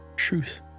truth